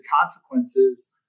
consequences